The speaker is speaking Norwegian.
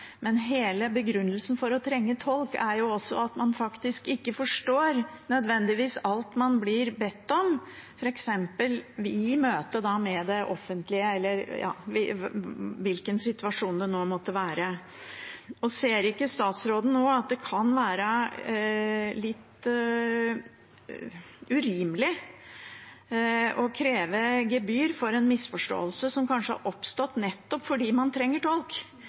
men hele begrunnelsen for å trenge tolk er jo at man faktisk ikke nødvendigvis forstår alt man blir bedt om, f.eks. i møte med det offentlige eller hvilken situasjon det nå måtte være. Ser ikke statsråden at det kan være litt urimelig å kreve gebyr for en misforståelse som kanskje har oppstått nettopp fordi man trenger tolk